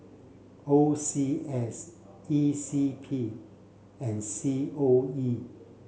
O C S E C P and C O E